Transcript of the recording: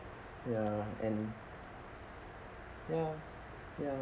ya and ya ya